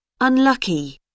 Unlucky